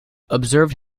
observed